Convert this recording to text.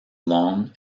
long